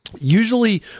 Usually